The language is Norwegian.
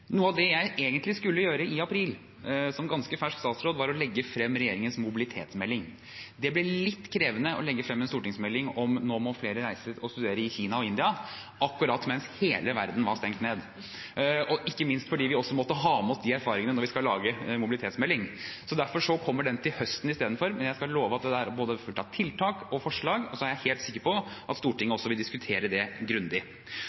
Noe av det jeg egentlig skulle gjøre i april, som ganske fersk statsråd, var å legge frem regjeringens mobilitetsmelding. Det ble litt krevende å legge frem en stortingsmelding om at nå må flere reise ut og studere i Kina og India, akkurat mens hele verden var stengt ned – ikke minst fordi vi også måtte ha med oss de erfaringene når vi skal lage en mobilitetsmelding. Derfor kommer den til høsten i stedet, men jeg skal love at den vil være full av både tiltak og forslag, og så er jeg helt sikker på at Stortinget også vil diskutere det grundig.